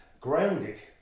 Grounded